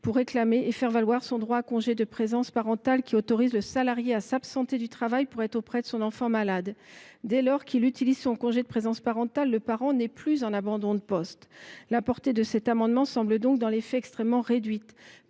pour réclamer et faire valoir son droit à congé de présence parentale, qui autorise le salarié à s’absenter du travail pour être auprès de son enfant malade. Dès lors qu’il utilise son congé de présence parentale, le parent n’est plus en abandon de poste. La portée de cet amendement semble donc, dans les faits, extrêmement réduite.